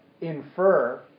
infer